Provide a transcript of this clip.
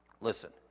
Listen